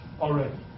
Already